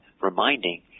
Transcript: reminding